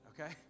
okay